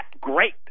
great